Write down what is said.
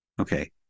Okay